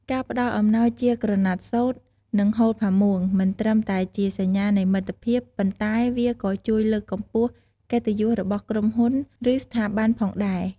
ការផ្តល់អំណោយជាក្រណាត់សូត្រ និងហូលផាមួង មិនត្រឹមតែជាសញ្ញានៃមិត្តភាព ប៉ុន្តែវាក៏ជួយលើកកម្ពស់កិត្តិយសរបស់ក្រុមហ៊ុន ឬស្ថាប័នផងដែរ។